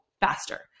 faster